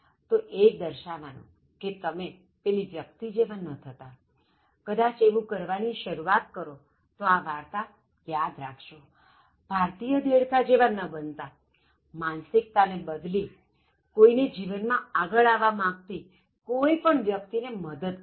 તો એ જ દર્શાવવાનું કે તમે પેલી વ્યક્તિ જેવા ન થતા કદાચ એવું કરવાની શરુઆત કરો તો આ વાર્તા યાદ રાખજો ભારતીય દેડકા જેવા ન બનતા માનસિકતાને બદલો કોઇ ને જીવનમાં આગળ આવવા માગતી કોઇ પણ વ્યક્તિ ને મદદ કરજો